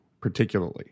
particularly